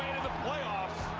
the playoffs.